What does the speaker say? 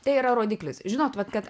tai yra rodiklis žinot vat kad